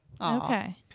Okay